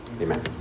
Amen